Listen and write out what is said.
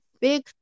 big